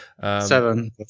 seven